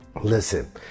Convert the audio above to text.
Listen